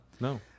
no